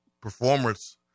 performance